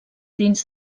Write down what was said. dins